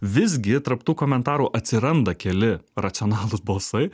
visgi tarp tų komentarų atsiranda keli racionalūs balsai